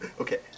okay